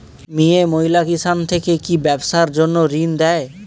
মিয়ে মহিলা কিষান থেকে কি ব্যবসার জন্য ঋন দেয়?